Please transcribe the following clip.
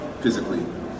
Physically